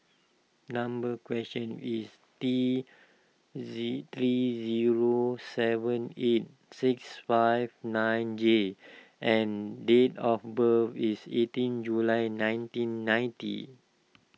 number question is T Z Z zero seven eight six five nine J and date of birth is eighteen July nineteen ninety